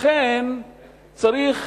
לכן צריך